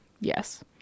Yes